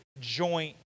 joint